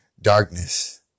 darkness